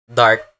dark